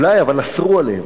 אולי, אבל אסרו עליהם.